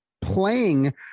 playing